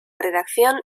redacción